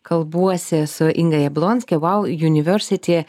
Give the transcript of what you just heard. kalbuosi su inga jablonske wow university